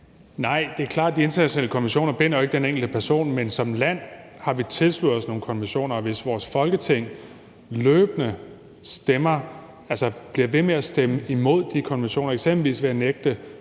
Nej, det er klart, at de internationale konventioner jo ikke binder den enkelte person, men som land har vi tilsluttet os nogle konventioner. Hvis vores Folketing løbende bliver ved med at stemme imod de konventioner, eksempelvis ved at nægte